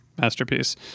masterpiece